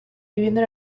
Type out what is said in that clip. viviendo